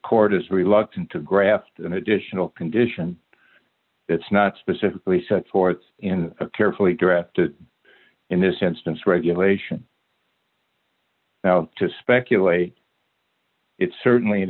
court is reluctant to graft an additional condition it's not specifically set forth in a carefully drafted in this instance regulation to speculate it's certainly an